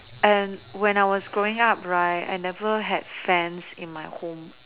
and when I was growing up right I never had fans in my home